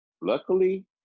Luckily